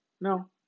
no